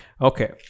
okay